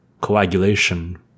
coagulation